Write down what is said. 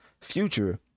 future